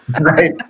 Right